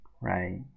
right